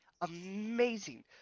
Amazing